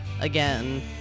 again